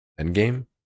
Endgame